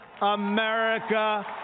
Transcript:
America